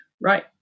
Right